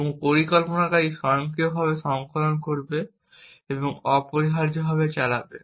এবং পরিকল্পনাকারী স্বয়ংক্রিয়ভাবে সংকলন করবে এবং অপরিহার্যভাবে চালাবে